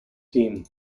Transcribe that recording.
team